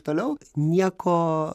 toliau nieko